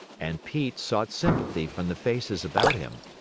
and pete sought sympathy from the faces about him.